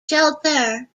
shelter